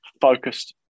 focused